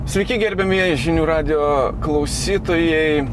sveiki gerbiamieji žinių radijo klausytojai